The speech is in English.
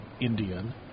Indian